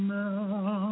now